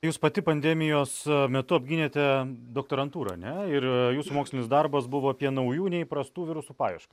jūs pati pandemijos metu apgynėte doktorantūrą ar ne ir jūsų mokslinis darbas buvo apie naujų neįprastų virusų paiešką